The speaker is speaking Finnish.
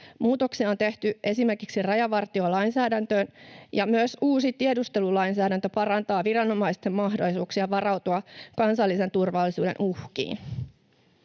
Muutoksia on tehty esimerkiksi rajavartiolainsäädäntöön, ja myös uusi tiedustelulainsäädäntö parantaa viranomaisten mahdollisuuksia varautua kansallisen turvallisuuden uhkiin.